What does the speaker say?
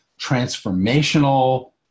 transformational